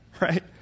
right